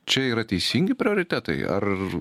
čia yra teisingi prioritetai ar